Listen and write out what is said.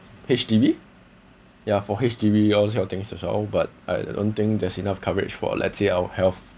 H_D_B ya for H_D_B we all sell our things also but I don't think there's enough coverage for let's say our health